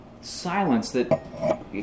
silence—that